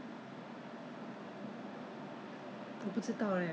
ah I don't like at all so 我觉得 Four Fingers 还 ok